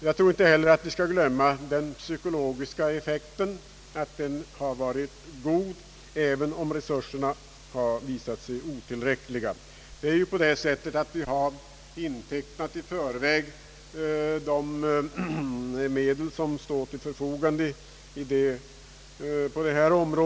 Jag tror inte heller vi skall glömma att den psykologiska effekten har varit god, även om resurserna visat sig otillräckliga. Det är ju så att vi på detta område i förväg har intecknat de medel, som står till förfogande.